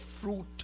fruit